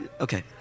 Okay